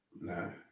no